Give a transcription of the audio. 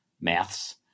maths